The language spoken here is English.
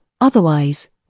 otherwise